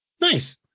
nice